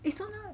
eh so now